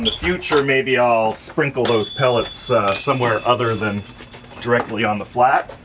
in the future maybe i'll sprinkle those pellets somewhere other than directly on the flat